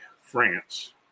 France